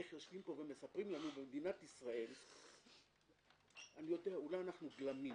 איך יושבים ומספרים לנו אולי אנחנו גלמים